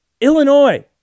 Illinois